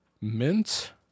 mint